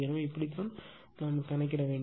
எனவே இப்படித்தான் கணக்கிட வேண்டும்